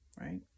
right